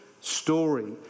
story